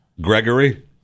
Gregory